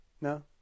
No